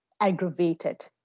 aggravated